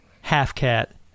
half-cat